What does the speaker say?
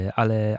ale